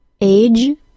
Age